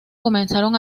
comenzaron